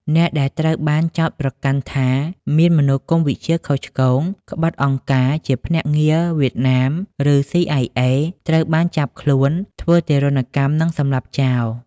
អ្នកដែលត្រូវបានចោទប្រកាន់ថា មានមនោគមវិជ្ជាខុសឆ្គង ក្បត់អង្គការ ជាភ្នាក់ងារវៀតណាម ឬ ស៊ីអាយអេ ត្រូវបានចាប់ខ្លួន ធ្វើទារុណកម្ម និងសម្លាប់ចោល។